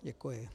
Děkuji.